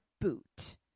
boot